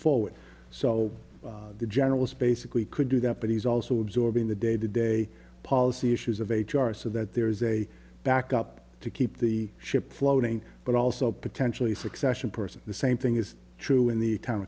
forward so the general is basically could do that but he's also absorbing the day to day policy issues of h r so that there is a backup to keep the ship floating but also potentially succession person the same thing is true in the t